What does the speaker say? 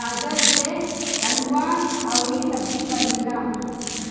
गाजर के हलुआ अउरी सब्जी बनेला